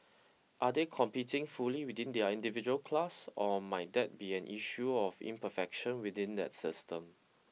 are they competing fully within their individual class or might that be an issue of imperfection within that system